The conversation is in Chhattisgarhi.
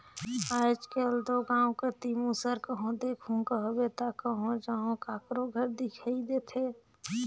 आएज दो गाँव कती मूसर कहो देखहू कहबे ता कहो जहो काकरो घर दिखई देथे